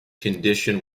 condition